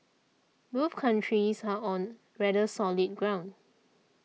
both countries are on rather solid ground